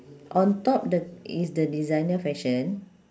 on top the is the designer fashion